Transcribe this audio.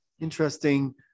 Interesting